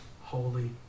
Holy